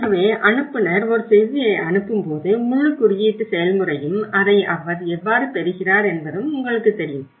ஆகவே அனுப்புநர் ஒரு செய்தியை அனுப்பும்போது முழு குறியீட்டு செயல்முறையும் அதை அவர் எவ்வாறு பெறுகிறார் என்பதும் உங்களுக்குத் தெரியும்